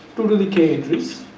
two to the k entries